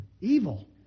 evil